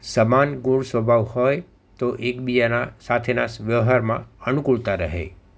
સમાન ગુણ સ્વભાવ હોય તો એકબીજાના સાથેના વ્યવહારમાં અનુકૂળતા રહે